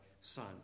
son